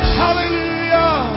hallelujah